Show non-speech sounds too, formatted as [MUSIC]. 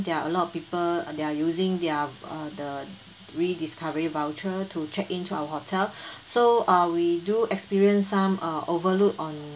there are a lot of people uh they are using their uh the rediscovery voucher to check into our hotel [BREATH] so err we do experience some err overlooked on